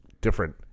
different